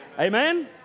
Amen